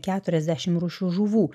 keturiasdešim rūšių žuvų